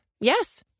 Yes